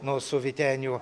nu su vyteniu